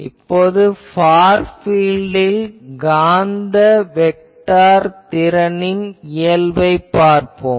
இப்போது ஃபார் பீல்ட்டில் காந்த வெக்டார் திறனின் இயல்பைப் பார்ப்போம்